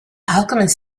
alchemist